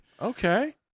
okay